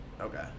Okay